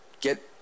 get